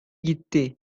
gitti